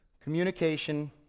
communication